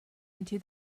into